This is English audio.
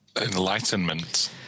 enlightenment